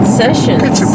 sessions